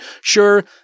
Sure